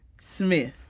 Smith